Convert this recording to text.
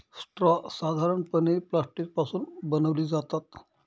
straw साधारणपणे plastic पासून बनवले जातात